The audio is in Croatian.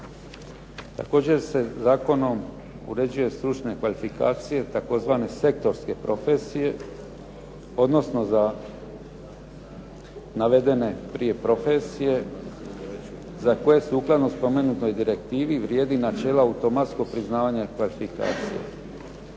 Također se zakonom uređuje stručne kvalifikacije tzv. sektorske profesije, odnosno za navedene prije profesije za koje sukladno spomenutoj direktivi vrijedi načelo automatskog priznavanja kvalifikacija.